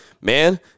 man